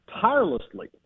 tirelessly